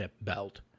Belt